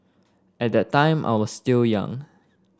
at that time I was still young